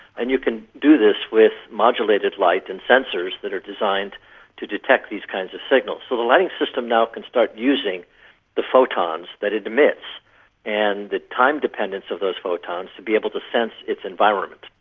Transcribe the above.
and you can do this with modulated light and sensors that are designed to detect these kinds of signals. so the lighting system now can start using the photons that it emits and the time dependence of those photons to be able to sense its environment.